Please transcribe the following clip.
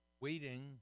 waiting